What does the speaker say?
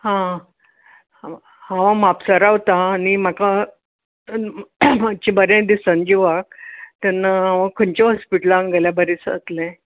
हां हांव म्हापसा रावता आनी म्हाका आनी म्हाका मातशें बरें दिसना जिवाक तेन्ना हांव खंयच्या हॅास्पिटलान गेल्यार बरें जातलें